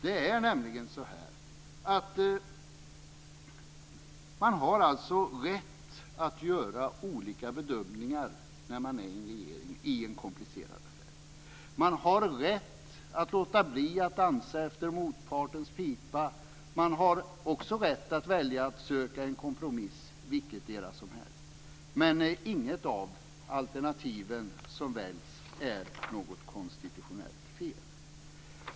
Det är nämligen så att man har rätt att göra olika bedömningar i en komplicerad affär när man är i en regering. Man har rätt att låta bli att dansa efter motpartens pipa och man har också rätt att välja att söka en kompromiss - vilket som helst. Inget av alternativen som väljs innebär något konstitutionellt fel.